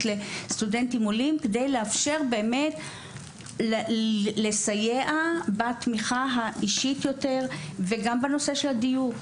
לסטודנטים עולים כדי לאפשר לסייע בתמיכה האישית וגם בנושא של הדיור,